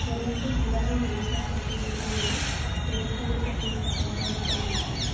मोदोमफुल बिबार होन्नानै जायखौ जोङो बुङो बेबो जोंनि देहानि थाखाय जोबोद गोनांथार